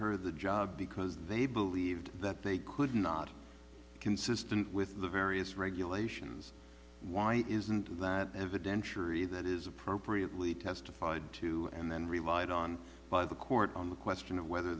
her the job because they believed that they could not consistent with the various regulations why isn't that evidentiary that is appropriately testified to and then relied on by the court on the question of whether